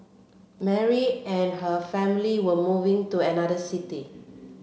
Mary and her family were moving to another city